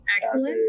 Excellent